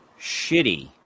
shitty